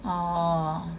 orh